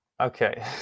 Okay